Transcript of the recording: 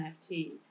nft